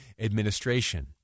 administration